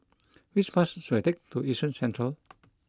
which bus should I take to Yishun Central